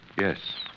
Yes